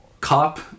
cop